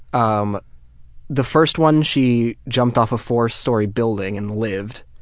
um the first one she jumped off a four-story building and lived.